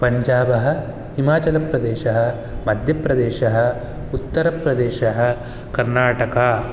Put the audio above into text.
पञ्जाबः हिमाचलप्रदेशः मध्यप्रदेशः उत्तरप्रदेशः कर्णाटका